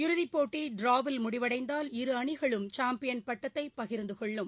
இறுதிப் போட்டி டிராவில் முடிவடைந்தால் இரு அணிகளும் சாம்பியன் பட்டத்தைபகிர்ந்துகொள்ளும்